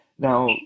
Now